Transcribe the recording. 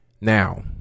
Now